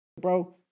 bro